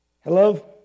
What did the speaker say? Hello